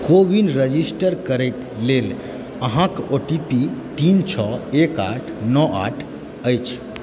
को विन रजिस्टर करैक लेल अहाँकेँ ओ टी पी तीन छओ एक आठ नओ आठ अछि